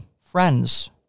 friends